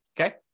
okay